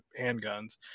handguns